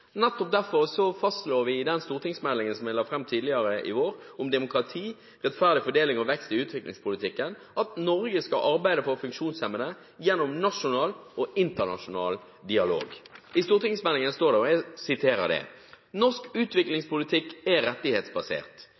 Nettopp derfor fastslår vi i den stortingsmeldingen som jeg la fram tidligere i vår, om demokrati, rettferdig fordeling og vekst i utviklingspolitikken, at Norge skal arbeide for funksjonshemmede gjennom nasjonal og internasjonal dialog. I stortingsmeldingen står det: «Norsk utviklingspolitikk er rettighetsbasert. Det